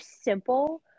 simple